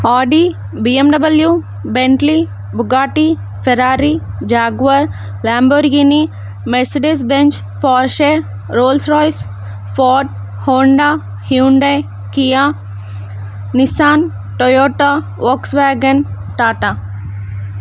Audi BMW Bentley Bugatti Ferrari jaguar Lamborghini Mercedes Benz Porsche Rolls-Royce ford Skoda Hyundai Kia Nissan Toyota Volkswagen Tata